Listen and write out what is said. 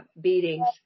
beatings